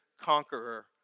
conqueror